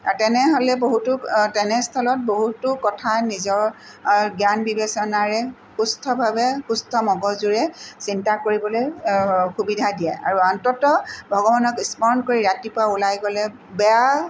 তেনেহ'লে বহুতো তেনেস্থলত বহুতো কথা নিজৰ জ্ঞান বিবেচনাৰে সুস্থভাৱে সুস্থ মগজুৰে চিন্তা কৰিবলৈ সুবিধা দিয়ে আৰু অন্ততঃ ভগৱানক স্মৰণ কৰি ৰাতিপুৱা ওলাই গ'লে বেয়া